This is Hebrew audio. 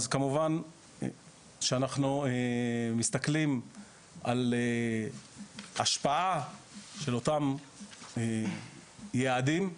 אז כמובן שאנחנו מסתכלים על השפעה של אותם יעדים,